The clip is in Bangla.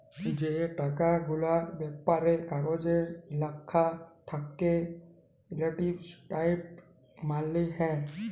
যে টাকা গুলার ব্যাপারে কাগজে ল্যাখা থ্যাকে রিপ্রেসেলট্যাটিভ মালি হ্যয়